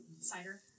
Cider